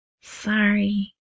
Sorry